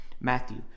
Matthew